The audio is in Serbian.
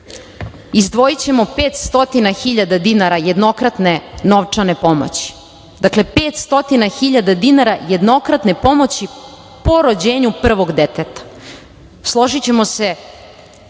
izdvojićemo 500.000 dinara jednokratne novčane pomoći. Dakle, 500.000 dinara jednokratne pomoći po rođenju prvog deteta. Složićemo se